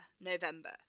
November